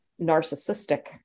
narcissistic